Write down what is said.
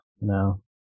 no